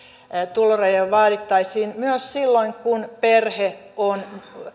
tulorajoja vaadittaisiin myös silloin kun perhe on